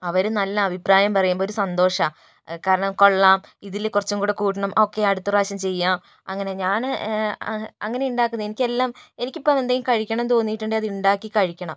അവർ നല്ല അഭിപ്രായം പറയുമ്പോൾ ഒരു സന്തോഷമാണ് കാരണം കൊള്ളാം ഇതിൽ കുറച്ചും കൂടി കൂടണം ഓക്കേ അടുത്തപ്രാവശ്യം ചെയ്യാം അങ്ങനെ ഞാൻ അങ്ങനെ ഉണ്ടാക്കുന്നു എനിക്കെല്ലാം എനിക്കിപ്പോൾ എന്തെങ്കിലും കഴിക്കണം എന്നു തോന്നിയിട്ടുണ്ടെങ്കിൽ അതുണ്ടാക്കി കഴിക്കണം